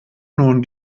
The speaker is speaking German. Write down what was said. nun